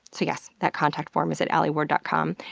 so yes, that contact form is at alieward dot com.